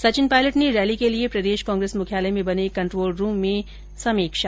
सचिन पायलट ने रैली के लिए प्रदेश कांग्रेस मुख्यालय में बने कंट्रोल रुम में रैली को लेकर समीक्षा की